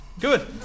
Good